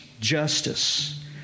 justice